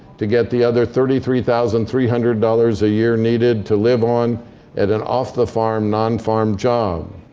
to get the other thirty three thousand three hundred dollars a year needed to live on at an off the farm, non-farm job.